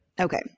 Okay